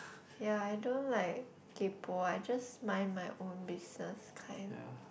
ya I don't like kaypoh I just mind my own business kind